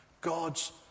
God's